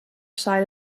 side